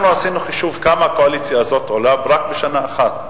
אנחנו עשינו חישוב כמה הקואליציה הזאת עולה רק בשנה אחת.